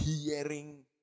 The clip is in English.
hearing